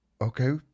Okay